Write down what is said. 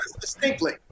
distinctly